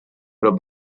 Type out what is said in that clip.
però